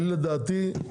לדעתי,